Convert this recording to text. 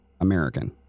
American